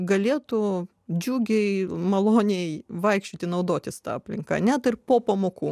galėtų džiugiai maloniai vaikščioti naudotis ta aplinka net ir po pamokų